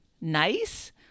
nice